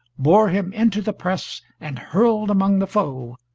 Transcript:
bore him into the press and hurled among the foe,